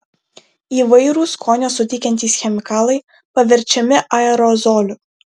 įvairūs skonio suteikiantys chemikalai paverčiami aerozoliu